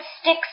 sticks